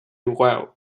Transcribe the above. well